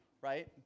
right